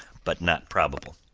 but not probable.